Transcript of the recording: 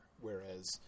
Whereas